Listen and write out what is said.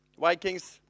vikings